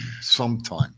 sometime